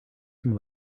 some